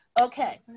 Okay